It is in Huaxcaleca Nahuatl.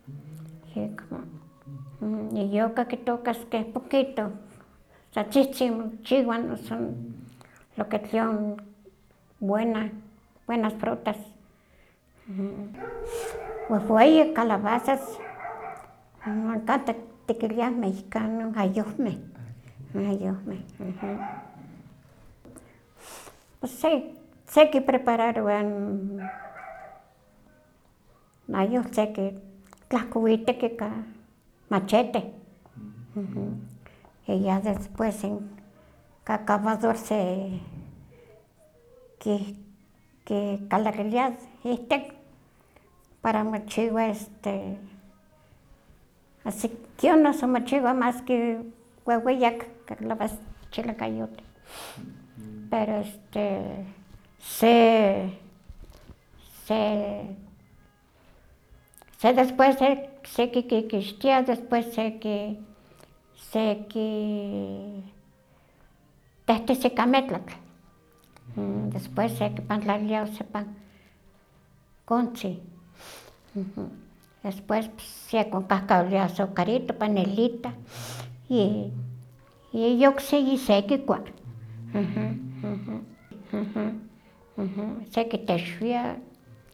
Yekmo, yonka kitokaskeh poquito, achihtin mochiwa noso lo que tlion buena, buenas frutas, wehweyi calabazas kateh tikiliah mexicano ayohmeh, ayohmeh, pues se sekiprepararowa n ayohtl sekitlahkowiteki ka machete, ya después ka cavador se ki kicalakiliah ihtik para mochiwa este kion noso mochiwa maski weweyak calab- chilakayota pero este se se se depsués sekikikixtia, despues seki seki tehtesi ika metlatl, después sekipantlalia oksepa kontzi, después sekonkahkawilia azucarito, panelitah, y yoksi yisekikua, sekitexwia.